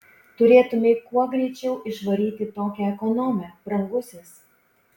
turėtumei kuo greičiau išvaryti tokią ekonomę brangusis